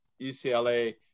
UCLA